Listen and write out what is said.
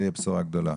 זו תהיה בשורה גדולה.